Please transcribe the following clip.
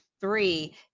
Three